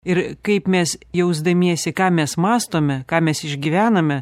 ir kaip mes jausdamiesi ką mes mąstome ką mes išgyvename